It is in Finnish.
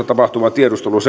tapahtuvaan tiedusteluun